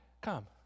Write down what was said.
come